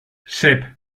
sep